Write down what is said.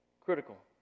critical